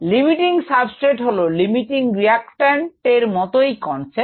limiting substrate হলো limiting reactant এর মতই কনসেপ্ট